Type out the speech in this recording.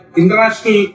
international